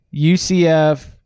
UCF